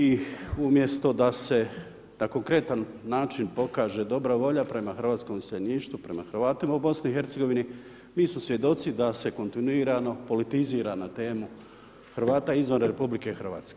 I umjesto da se na konkretan način pokaže dobra volja prema hrvatskom iseljeništvu, prema Hrvatima u BiH-a, mi smo svjedoci da se kontinuirano politizira na temu Hrvata izvan RH.